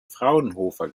fraunhofer